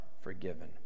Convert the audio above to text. forgiven